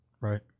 Right